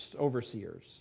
overseers